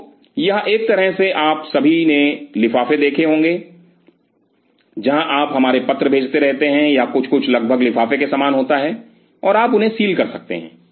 तो यह एक तरह से आप सभी ने लिफाफे देखे होंगे जहाँ आप हमारे पत्र भेजते रहते हैं या कुछ कुछ लगभग लिफाफे के समान होता है और आप उन्हें सील कर सकते हैं